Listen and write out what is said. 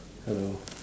hello